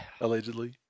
Allegedly